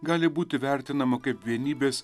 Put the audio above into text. gali būti vertinama kaip vienybės